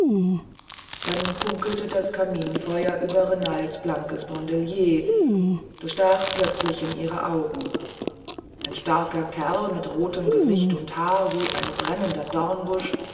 da funkelte das kaminfeuer über renalds blankes bandelier das stach plötzlich in ihre augen ein starker kerl mit rotem gesicht und haar wie ein brennender dornbusch